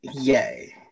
Yay